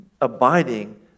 abiding